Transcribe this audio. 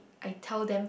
I tell them